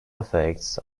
effects